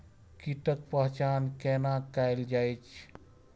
कीटक पहचान कैना कायल जैछ?